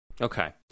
Okay